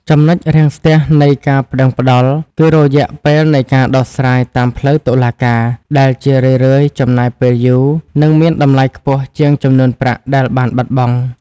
ចំណុចរាំងស្ទះនៃការប្ដឹងផ្ដល់គឺ "រយៈពេលនៃការដោះស្រាយតាមផ្លូវតុលាការ" ដែលជារឿយៗចំណាយពេលយូរ និងមានតម្លៃខ្ពស់ជាងចំនួនប្រាក់ដែលបានបាត់បង់។